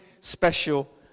special